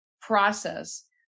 process